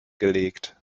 gelegt